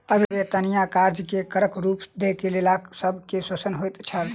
अवेत्निया कार्य के करक रूप दय के लोक सब के शोषण होइत छल